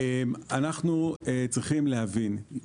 צריך להבין,